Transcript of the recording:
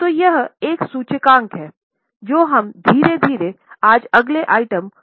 तो यह एक सूचकांक है जो हम धीरे धीरे आज अगले आइटम्स पर जा रहे हैं